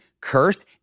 cursed